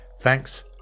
Thanks